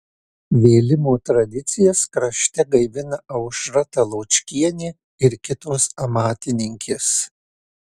vėlimo tradicijas krašte gaivina aušra taločkienė ir kitos amatininkės